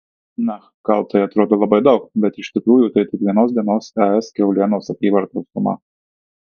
na gal tai atrodo labai daug bet iš tikrųjų tai tik vienos dienos es kiaulienos apyvartos suma